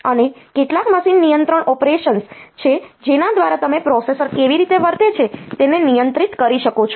અને કેટલાક મશીન નિયંત્રણ ઓપરેશન્સ છે જેના દ્વારા તમે પ્રોસેસર કેવી રીતે વર્તે છે તેને નિયંત્રિત કરી શકો છો